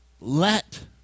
let